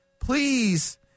please